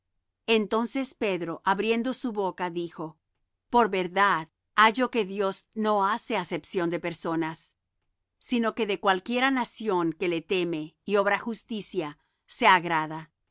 entonces pedro abriendo su boca dijo por verdad hallo que dios no hace acepción de personas sino que de cualquiera nación que le teme y obra justicia se agrada